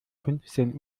fünfzehn